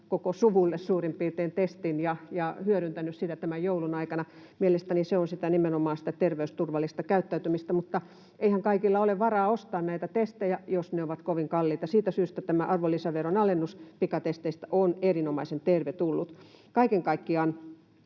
koko suvulle suurin piirtein, testin ja hyödyntänyt sitä tämän joulun aikana. Mielestäni se on nimenomaan sitä terveysturvallista käyttäytymistä. Mutta eihän kaikilla ole varaa ostaa näitä testejä, jos ne ovat kovin kalliita. Siitä syystä tämä arvonlisäveron alennus pikatesteistä on erinomaisen tervetullut. Kaiken kaikkiaan,